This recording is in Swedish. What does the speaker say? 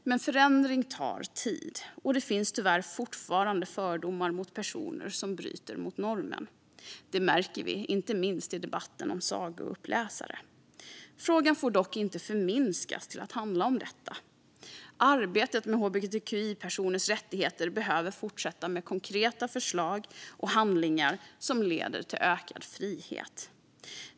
Men förändring tar tid, och det finns tyvärr fortfarande fördomar mot personer som bryter mot normen. Det märker vi inte minst i debatten om sagouppläsare. Frågan får dock inte förminskas till att handla om detta. Arbetet med hbtqi-personers rättigheter behöver fortsätta med konkreta förslag och handlingar som leder till ökad frihet.